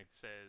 says